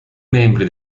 membri